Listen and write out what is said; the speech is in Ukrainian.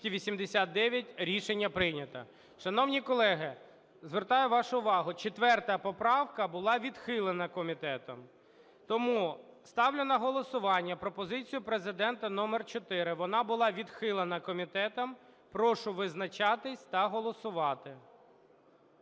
За-289 Рішення прийнято. Шановні колеги, звертаю вашу увагу, четверта поправка була відхилена комітетом, тому ставлю на голосування пропозицію Президента номер чотири. Вона була відхилена комітетом. Прошу визначатися та голосувати.